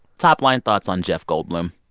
top line thoughts on jeff goldblum,